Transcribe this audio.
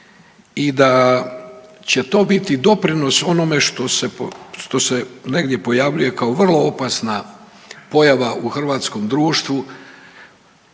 i da će to biti doprinos onome što se negdje pojavljuje kao vrlo opasna pojava u hrvatskom društvu,